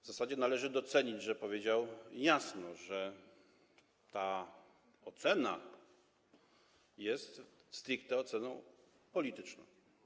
W zasadzie należy docenić, że powiedział jasno, że ta ocena jest stricte oceną polityczną.